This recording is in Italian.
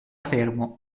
fermo